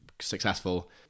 successful